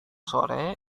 sore